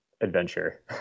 adventure